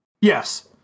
Yes